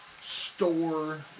store